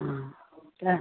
ആ